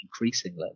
increasingly